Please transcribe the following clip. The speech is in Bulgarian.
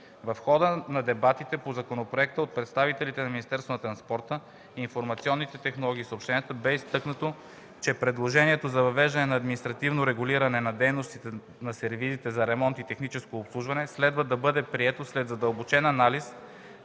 В хода на дебатите по законопроекта от представителите на Министерството на транспорта, информационните технологии и съобщенията бе изтъкнато, че предложението за въвеждане на административно регулиране на дейността на сервизите за ремонт и техническо обслужване следва да бъде прието след задълбочен анализ